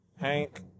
Hank